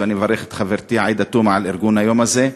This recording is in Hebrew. ואני מברך את חברתי עאידה תומא על ארגון היום הזה.